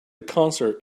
concert